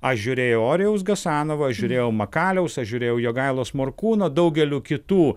aš žiūrėjau orijaus gasanovo aš žiūrėjau makaliaus aš žiūrėjau jogailos morkūno daugelio kitų